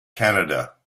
canada